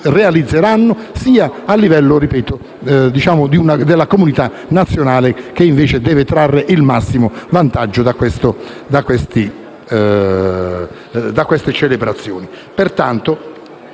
realizzeranno, sia a livello della comunità nazionale, che invece deve trarre il massimo vantaggio da queste celebrazioni.